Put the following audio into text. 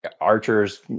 archers